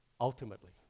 ultimately